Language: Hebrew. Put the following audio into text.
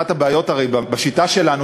הרי אחת הבעיות בשיטה שלנו,